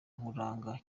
nkuranga